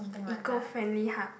eco-friendly hub